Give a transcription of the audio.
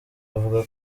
avuga